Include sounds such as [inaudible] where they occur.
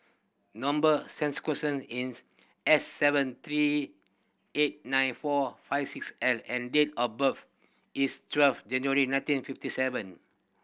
number [unintelligible] is S seven three eight nine four five six L and date of birth is twelve January nineteen fifty seven